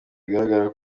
bigaragara